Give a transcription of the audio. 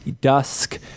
dusk